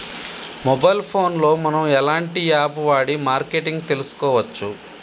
Mobile phone లో మనం ఎలాంటి యాప్ వాడి మార్కెటింగ్ తెలుసుకోవచ్చు?